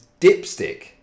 dipstick